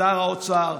שר האוצר,